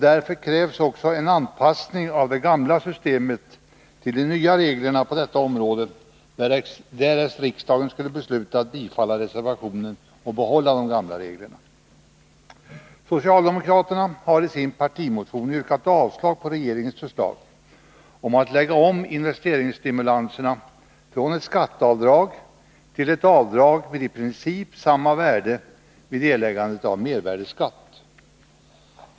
Därför krävs också en anpassning av det gamla systemet till de nya reglerna på detta område, därest riksdagen skulle besluta att bifalla reservationen och behålla de gamla reglerna. Socialdemokraterna har i sin partimotion yrkat avslag på regeringens förslag när det gäller att lägga om investeringsstimulanserna, från ett skatteavdrag till ett avdrag med i princip samma värde vid erläggandet av mervärdeskatt.